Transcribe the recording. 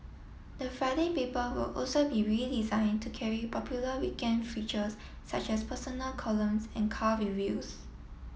the Friday paper will also be redesign to carry popular weekend features such as personal columns and car reviews